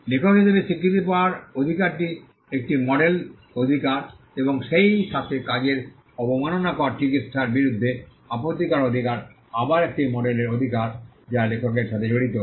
লেখক হিসাবে স্বীকৃতি পাওয়ার অধিকারটি একটি মডেল অধিকার এবং সেই সাথে কাজের অবমাননাকর চিকিত্সার বিরুদ্ধে আপত্তি করার অধিকার আবার একটি মডেলের অধিকার যা লেখকের সাথে জড়িত